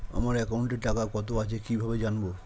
আমার একাউন্টে টাকা কত আছে কি ভাবে জানবো?